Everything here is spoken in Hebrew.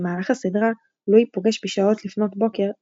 במהלך הסדרה לואי פוגש בשעות לפנות בוקר בנוגה,